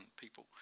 people